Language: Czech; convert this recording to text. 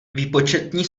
výpočetní